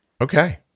Okay